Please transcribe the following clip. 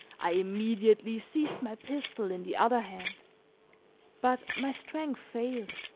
i immediately seized my pistol in the other hand but my strength failed,